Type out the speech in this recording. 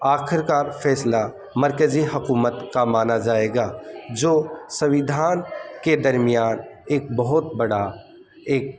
آخرکار فیصلہ مرکزی حکومت کا مانا جائے گا جو سمویدھان کے درمیان ایک بہت بڑا ایک